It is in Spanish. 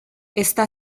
está